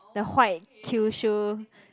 the white Kyushu